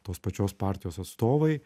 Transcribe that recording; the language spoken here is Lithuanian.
tos pačios partijos atstovai